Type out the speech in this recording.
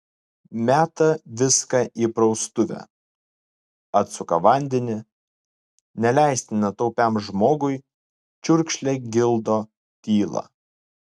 meta viską į praustuvę atsuka vandenį neleistina taupiam žmogui čiurkšlė gildo tylą